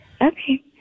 Okay